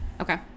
Okay